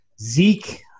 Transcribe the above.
Zeke